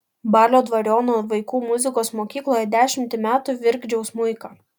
balio dvariono vaikų muzikos mokykloje dešimtį metų virkdžiau smuiką